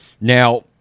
Now